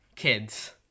Kids